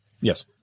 Yes